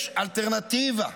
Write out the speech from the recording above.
יש אלטרנטיבה,